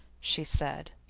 she said.